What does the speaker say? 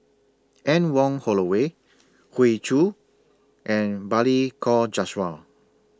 Anne Wong Holloway Hoey Choo and Balli Kaur Jaswal